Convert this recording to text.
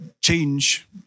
change